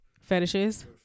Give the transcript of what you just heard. Fetishes